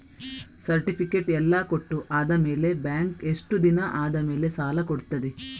Certificate ಎಲ್ಲಾ ಕೊಟ್ಟು ಆದಮೇಲೆ ಬ್ಯಾಂಕ್ ಎಷ್ಟು ದಿನ ಆದಮೇಲೆ ಸಾಲ ಕೊಡ್ತದೆ?